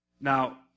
Now